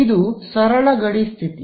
ಇದು ಸರಳ ಗಡಿ ಸ್ಥಿತಿ